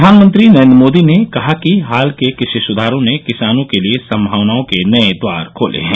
प्रधानमंत्री नरेन्द्र मोदी ने कहा कि हाल के कृषि सुधारों ने किसानों के लिए संभावनाओं के नए द्वार खोले हैं